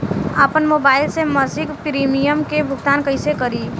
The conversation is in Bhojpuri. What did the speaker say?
आपन मोबाइल से मसिक प्रिमियम के भुगतान कइसे करि?